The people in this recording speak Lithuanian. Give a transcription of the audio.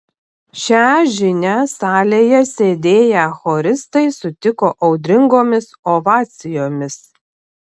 šią žinią salėje sėdėję choristai sutiko audringomis ovacijomis